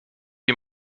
ihm